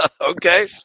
Okay